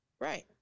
right